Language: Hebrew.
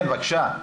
כן, בבקשה.